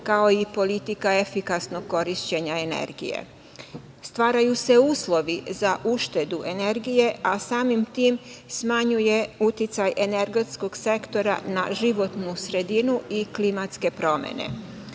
kao i politika efikasnog korišćenja energije. Stvaraju se uslovi za uštedu energije, a samim tim smanjuje se uticaj energetskog sektora na životnu sredinu i klimatske promene.